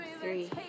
Three